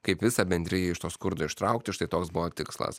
kaip visą bendriją iš to skurdo ištraukti štai toks buvo tikslas